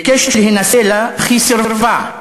הוא ביקש להינשא לה אך היא סירבה,